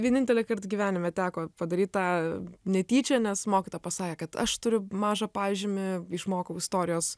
vienintelį kart gyvenime teko padaryt tą netyčia nes mokytoja pasakė kad aš turiu mažą pažymį išmokau istorijos